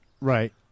Right